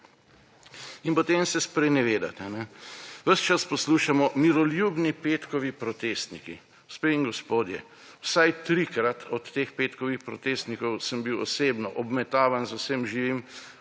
In potem se sprenevedate. Ves čas poslušamo: miroljubni petkovi protestniki. Gospe in gospodje, vsaj trikrat od teh petkovih protestnikov sem bil osebno obmetavan z vsem živim.